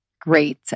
great